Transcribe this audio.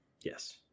yes